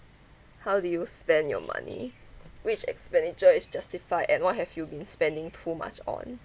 how do you spend your money which expenditure is justified and what have you been spending too much on